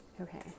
Okay